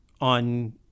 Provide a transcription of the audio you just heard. on